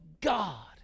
God